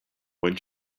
when